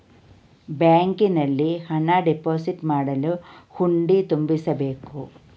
ಬ್ಯಾಂಕಿನಲ್ಲಿ ಹಣ ಡೆಪೋಸಿಟ್ ಮಾಡಲು ಹುಂಡಿ ತುಂಬಿಸಬೇಕು